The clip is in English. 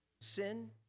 Sin